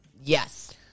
Yes